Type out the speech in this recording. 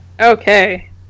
Okay